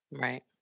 Right